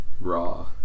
Raw